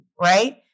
right